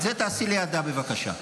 את זה תעשי לידה, בבקשה.